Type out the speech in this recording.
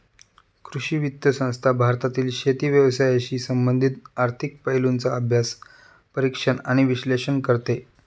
कृषी वित्त संस्था भारतातील शेती व्यवसायाशी संबंधित आर्थिक पैलूंचा अभ्यास, परीक्षण आणि विश्लेषण करते